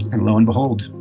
and lo and behold,